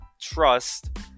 trust